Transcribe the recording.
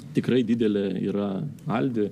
tikrai didelė yra aldi